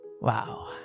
Wow